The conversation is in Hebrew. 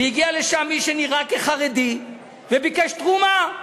והגיע לשם מי שנראה כחרדי וביקש תרומה,